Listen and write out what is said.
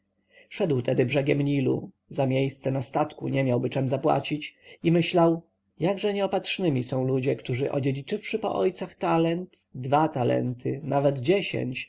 szedł tedy brzegiem nilu za miejsce na statku nie miałby czem zapłacić i myślał jakże nieopatrznymi są ludzie którzy odziedziczywszy po ojcach talent dwa talenty nawet dziesięć